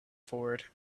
forward